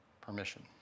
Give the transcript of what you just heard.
permission